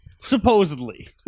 Supposedly